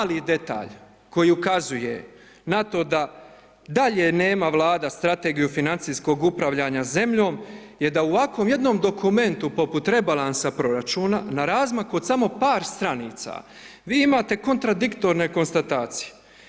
A mali detalj koji ukazuje na to da dalje nema Vlada strategiju financijskog upravljanja zemljom jer da u ovakvom jednom dokumentu poput rebalansa proračuna na razmaku od samo par stranica, vi imate kontradiktorne konstatacije.